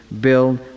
build